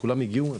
כולם הגיעו?